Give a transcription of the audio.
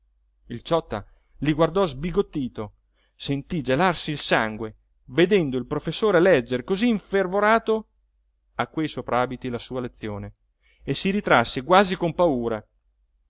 ciotta li guardò sbigottito sentí gelarsi il sangue vedendo il professore leggere cosí infervorato a quei soprabiti la sua lezione e si ritrasse quasi con paura